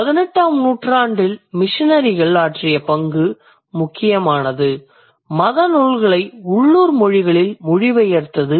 18 ஆம் நூற்றாண்டில் மிசனரிகள் ஆற்றிய முக்கிய பங்கு மத நூல்களை உள்ளூர் மொழிகளில் மொழிபெயர்த்தது